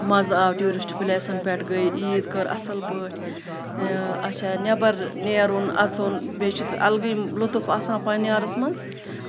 مَزٕ آو ٹیوٗرِسٹ پلیسَن پٮ۪ٹھ عیٖد کٔر اَصٕل پٲٹھۍ اَچھا نٮ۪بَر نیرُن اَژُن بیٚیہِ چھُ اَلگٕے لُطُف آسان پنٕنہِ یارَس منٛز